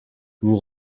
vous